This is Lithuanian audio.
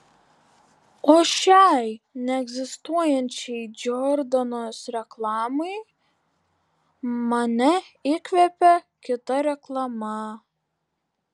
o šiai neegzistuojančiai džordanos reklamai mane įkvėpė kita reklama